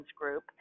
group